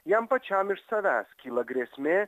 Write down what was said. jam pačiam iš savęs kyla grėsmė